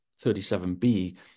37b